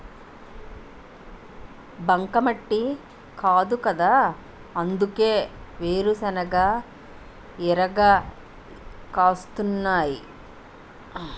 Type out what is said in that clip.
బంకమట్టి కాదుకదా అందుకే వేరుశెనగ ఇరగ కాస్తున్నాయ్